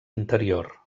interior